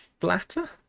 flatter